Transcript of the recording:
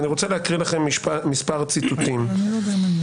ואני רוצה להקריא לכם מספר ציטוטים: מתחם